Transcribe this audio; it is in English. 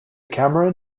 cameron